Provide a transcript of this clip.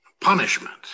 punishment